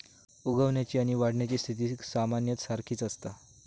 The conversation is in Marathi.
उगवण्याची आणि वाढण्याची स्थिती सामान्यतः सारखीच असता